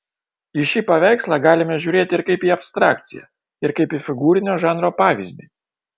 į šį paveikslą galime žiūrėti ir kaip į abstrakciją ir kaip į figūrinio žanro pavyzdį